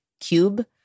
cube